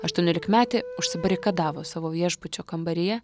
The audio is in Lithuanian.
aštuoniolikmetė užsibarikadavo savo viešbučio kambaryje